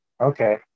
okay